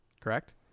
Correct